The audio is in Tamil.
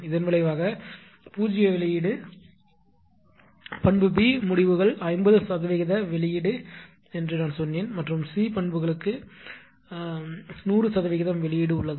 இதன் விளைவாக 0 வெளியீடு சரியானது பண்பு B முடிவுகள் 50 சதவிகித வெளியீடு நான் சொன்னேன் மற்றும் C பண்புகளுக்கு 100 சதவீதம் வெளியீடு உள்ளது